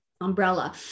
umbrella